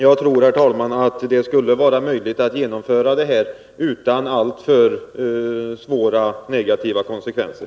Jag tror, herr talman, att det skall vara möjligt att genomföra det hela utan alltför svåra negativa konsekvenser.